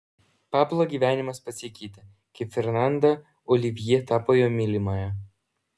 pablo gyvenimas pasikeitė kai fernanda olivjė tapo jo mylimąja